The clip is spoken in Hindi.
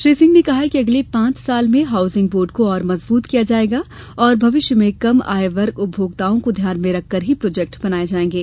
श्री सिंह ने कहा कि अगले पांच वर्ष में हाऊसिंग बोर्ड को और मजबूत किया जायेगा और भविष्य में कम आयवर्ग उपभोक्ताओं को ध्यान में रखकर ही प्रोजेक्ट बनाये जायेंगे